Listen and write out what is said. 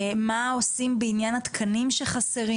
מה עושים בעניין התקנים שחסרים?